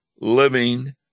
living